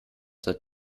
zur